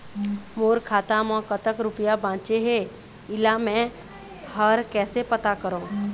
मोर खाता म कतक रुपया बांचे हे, इला मैं हर कैसे पता करों?